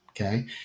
Okay